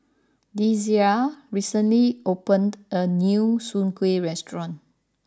Desirae recently opened a new Soon Kuih restaurant